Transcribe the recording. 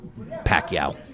pacquiao